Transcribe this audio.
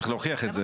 צריך להוכיח את זה.